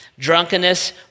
drunkenness